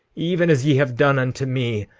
even as ye have done unto me,